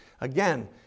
Again